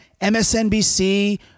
msnbc